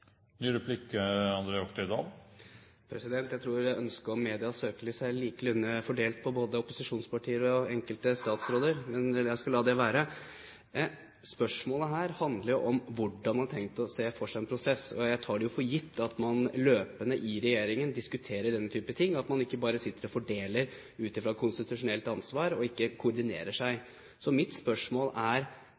Jeg tror at ønsket om medias søkelys er likelig fordelt på opposisjonspartier og enkelte statsråder, men jeg skal la det ligge. Spørsmålet her handler om hvordan man har tenkt seg en prosess. Jeg tar det for gitt at man løpende i regjeringen diskuterer denne type ting, at man ikke bare sitter og fordeler ut fra konstitusjonelt ansvar og ikke koordinerer seg. Så mine spørsmål til statsråden er